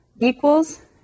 equals